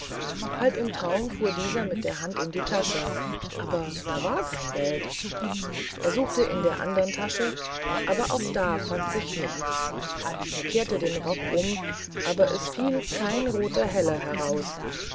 halb im traum fuhr dieser mit der hand in die tasche aber da war kein geld er suchte in der andern tasche aber auch da fand sich nichts er kehrte den rock um aber es fiel kein roter heller heraus